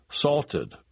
salted